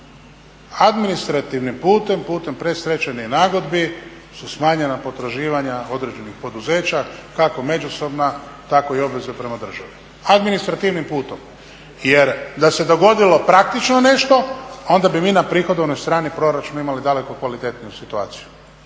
Administrativnim putem, putem predstečajnih nagodbi su smanjena potraživanja određenih poduzeća kako međusobna, tako i obveze prema državi, administrativnim putem. Jer da se dogodilo praktično nešto, onda bi mi na prihodovnoj strani proračuna imali daleko kvalitetniju situaciju.